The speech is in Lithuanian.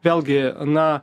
vėlgi na